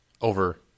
over